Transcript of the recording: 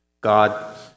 God